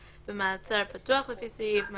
שנשמעת בו עדות לפי סימן ה'